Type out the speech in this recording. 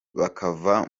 bakava